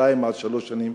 שנתיים עד שלוש שנים,